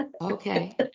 Okay